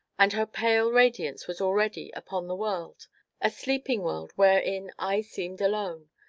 and her pale radiance was already, upon the world a sleeping world wherein i seemed alone.